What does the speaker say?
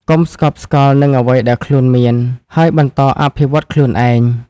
កុំស្កប់ស្កល់នឹងអ្វីដែលខ្លួនមាន ហើយបន្តអភិវឌ្ឍខ្លួនឯង។